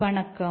வணக்கம்